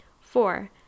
Four